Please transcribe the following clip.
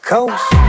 Coast